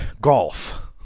golf